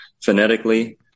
phonetically